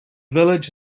village